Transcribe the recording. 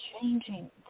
changing